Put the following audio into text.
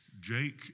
Jake